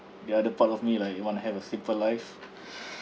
the other part of me like it want to have a simple life